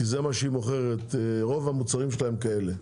כי רוב המוצרים שלה כאלה.